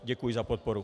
Děkuji za podporu.